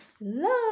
Love